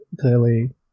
clearly